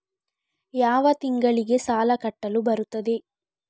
ಯಾವ ತಿಂಗಳಿಗೆ ಸಾಲ ಕಟ್ಟಲು ಬರುತ್ತದೆ?